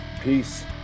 peace